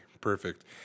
perfect